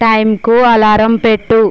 టైంకి అలారం పెట్టు